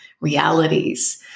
realities